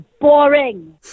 boring